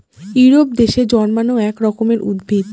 Europe দেশে জন্মানো এক রকমের উদ্ভিদ